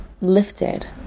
lifted